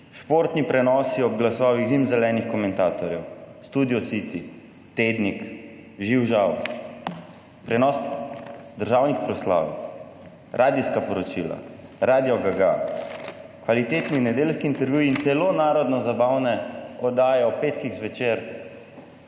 športni prenosi ob glasovih zimzelenih komentatorjev, Studio City, Tednik, Živ žav, prenos državnih proslav, radijska poročila, Radio GA GA, kvalitetni nedeljski intervjuji, celo narodnozabavne oddaje v petkih zvečer